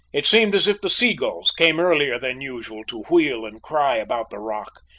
it seemed as if the sea-gulls came earlier than usual to wheel and cry about the rock,